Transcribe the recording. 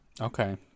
Okay